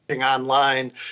online